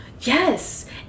Yes